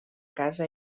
casa